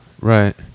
Right